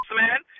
man